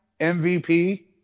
MVP